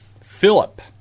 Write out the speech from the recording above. Philip